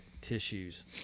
tissues